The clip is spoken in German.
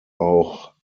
auch